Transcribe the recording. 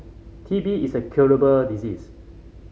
T B is a curable disease